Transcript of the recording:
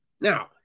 Now